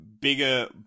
bigger